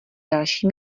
další